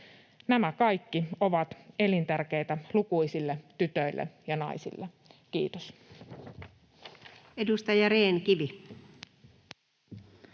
Nämä kaikki ovat elintärkeitä lukuisille tytöille ja naisille. — Kiitos.